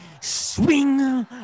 swing